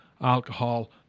alcohol